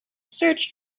search